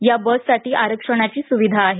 या बससाठी आरक्षणाची स्विधा आहे